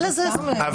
אין שימוע, יש הופעה.